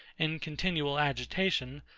in continual agitation,